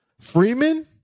Freeman